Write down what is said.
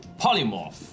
Polymorph